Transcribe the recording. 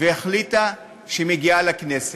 והחליטה שהיא מגיעה לכנסת.